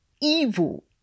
evil